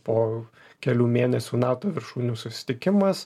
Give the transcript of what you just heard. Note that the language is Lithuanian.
po kelių mėnesių nato viršūnių susitikimas